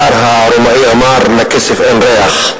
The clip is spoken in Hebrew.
הקיסר הרומאי אמר: לכסף אין ריח,